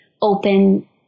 open